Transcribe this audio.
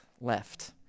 left